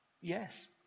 Yes